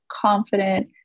confident